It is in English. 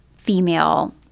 female